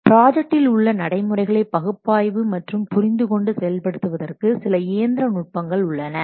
ப்ராஜெக்ட்டில் உள்ள நடைமுறைகளை பகுப்பாய்வு மற்றும் புரிந்து கொண்டு செயல்படுத்துவதற்கு சில இயந்திரநுட்பங்கள் உள்ளன